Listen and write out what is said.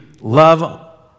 love